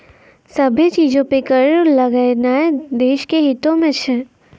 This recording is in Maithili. सभ्भे चीजो पे कर लगैनाय देश के हितो मे छै